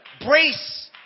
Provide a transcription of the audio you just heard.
Brace